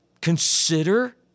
...consider